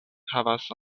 havas